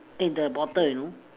in the bottle you know